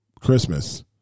Christmas